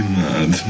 mad